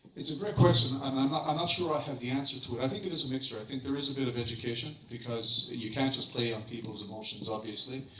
it's a great question, and i'm ah not ah sure i have the answer to it. i think it is a mixture. i think there is a bit of education, because you can't just play on people's emotions, obviously.